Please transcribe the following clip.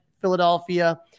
Philadelphia